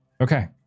okay